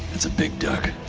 that's a big duck.